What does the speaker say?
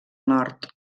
nord